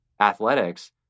athletics